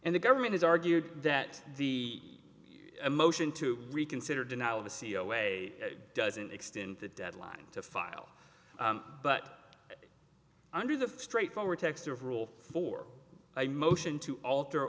and the government has argued that the motion to reconsider denial of a c e o way doesn't extend the deadline to file but under the straightforward text of rule for a motion to alter